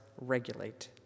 regulate